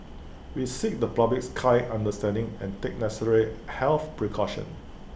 we seek the public's kind understanding and take necessary health precautions